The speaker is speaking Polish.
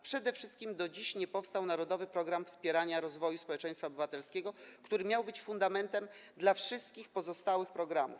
Przede wszystkim do dziś nie powstał Narodowy Program Wspierania Rozwoju Społeczeństwa Obywatelskiego, który miał być fundamentem dla wszystkich pozostałych programów.